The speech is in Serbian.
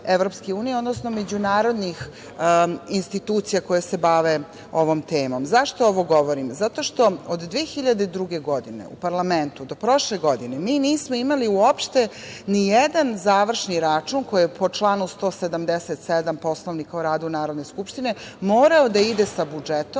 odnosno međunarodnih institucija koje se bave ovom temom.Zašto ovo govorim? Zato što od 2002. godine u parlamentu do prošle godine mi nismo imali uopšte ni jedan završen račun koji je po članu 177. Poslovnika o radu Narodne skupštine morao da ide sa budžetom,